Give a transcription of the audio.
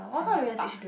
hundred buck